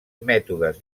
mètodes